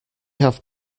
have